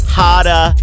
harder